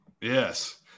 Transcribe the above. Yes